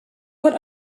what